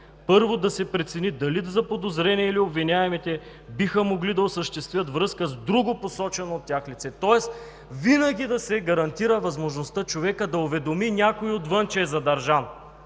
Първо, да се прецени дали заподозреният или обвиняемите биха могли да осъществят връзка с друго, посочено от тях, лице. Тоест винаги да се гарантира възможността човекът да уведоми някой отвън, че е задържан.